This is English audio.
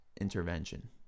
intervention